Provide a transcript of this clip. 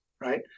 right